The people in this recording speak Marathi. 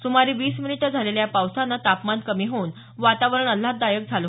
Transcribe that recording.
सुमारे वीस मिनीट झालेल्या या पावसाने तापमान कमी होऊन वातावरण आल्हाददायक झालं